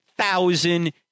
thousand